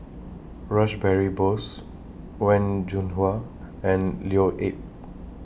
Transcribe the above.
Rash Behari Bose Wen Jinhua and Leo Yip